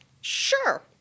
Sure